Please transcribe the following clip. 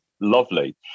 lovely